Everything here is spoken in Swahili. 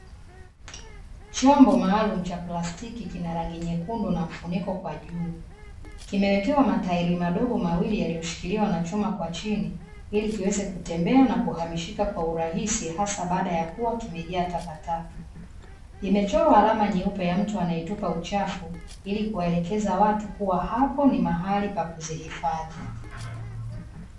Chombo maalumu cha plastiki kina rangi nyekundu na mfuniko kwa juu, kimewekewa matairi madogo mawili yaliyoshikiliwa na chuma kwa chini, ili kiweze kutembea na kuhamishika kwa urahisi hasa baada ya kuwa kimejaa takataka. Imechorwa alama nyeupe ya mtu anaetupa uchafu, ili kuwaelekeza watu kuwa hapo ni mahali pa kuzihifadhi.